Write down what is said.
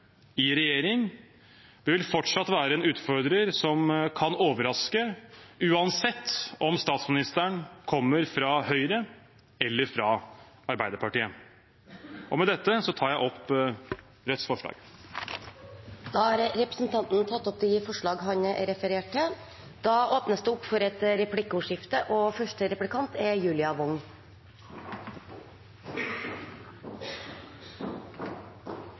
i regjering. Vi vil fortsatt være en utfordrer som kan overraske, uansett om statsministeren kommer fra Høyre eller fra Arbeiderpartiet. Med dette tar jeg opp Rødts forslag. Representanten Bjørnar Moxnes har tatt opp de forslagene han refererte til. Det blir replikkordskifte. Som representanten Moxnes har i hovedfokus i sitt innlegg, er